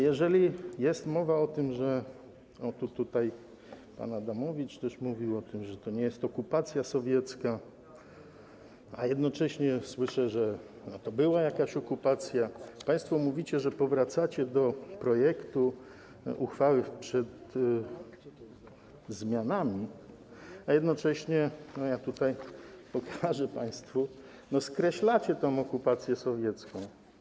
Jeżeli jest mowa o tym - o tu, tutaj, pan Adamowicz też mówił o tym - że to nie jest okupacja sowiecka, a jednocześnie słyszę, że to była jakaś okupacja, jeżeli państwo mówicie, że powracacie do projektu uchwały przed zmianami, a jednocześnie - pokażę to państwu - skreślacie tę okupację sowiecką.